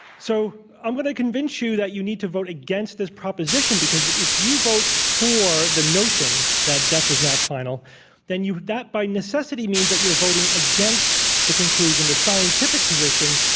so i'm going to convince you that you need to vote against this proposition because if you vote for the notion that death is not final then you that by necessity means that you are voting against the conclusion, the scientific position,